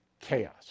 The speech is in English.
chaos